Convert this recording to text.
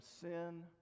sin